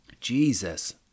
Jesus